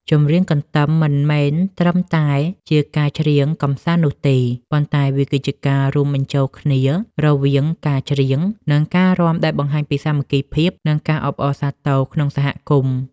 ចម្រៀងកន្ទឹមមិនមែនត្រឹមតែជាការច្រៀងកម្សាន្តនោះទេ ប៉ុន្តែវាគឺជាការរួមបញ្ចូលគ្នារវាងការច្រៀង និងការរាំដែលបង្ហាញពីសាមគ្គីភាព និងការអបអរសាទរក្នុងសហគមន៍។